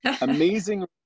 Amazing